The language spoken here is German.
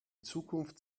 zukunft